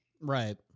Right